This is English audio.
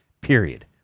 period